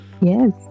Yes